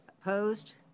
Opposed